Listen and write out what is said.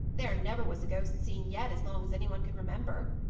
there never was a ghost seen yet, as long as any one can remember,